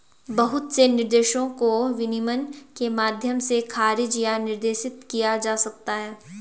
बहुत से निर्देशों को विनियमन के माध्यम से खारिज या निर्देशित किया जा सकता है